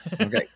Okay